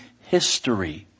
history